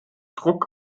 druck